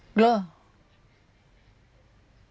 blur